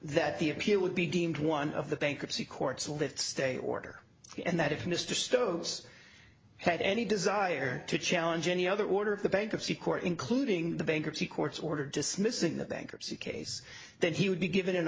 that the appeal would be deemed one of the bankruptcy court so that stay order and that if mr stokes had any desire to challenge any other order of the bankruptcy court including the bankruptcy court order dismissing the bankruptcy case then he would be given an